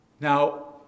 Now